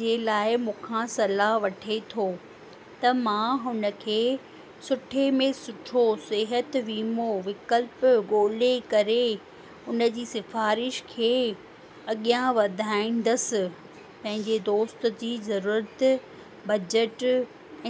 जंहिं लाइ मूंखां सलाह वठे थो त मां हुन खे सुठे में सुठो सिहत वीमो विकल्प ॻोल्हे करे उन जी सिफ़ारिश खे अॻियां वधाईंदसि पंहिंजे दोस्त जी ज़रूरत बजट